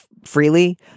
Freely